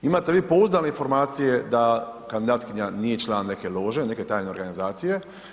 Imate li vi pouzdane informacije da kandidatkinja nije član neke lože, neke tajne organizacije?